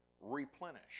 replenish